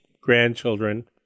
grandchildren